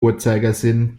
uhrzeigersinn